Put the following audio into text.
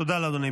תודה לאדוני.